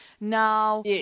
Now